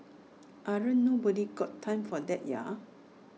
ain't nobody's got time for that ya